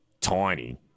tiny